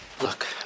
Look